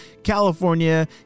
California